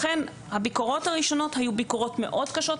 הביקורות הראשונות היו ביקורות מאוד קשות,